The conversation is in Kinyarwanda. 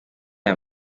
aya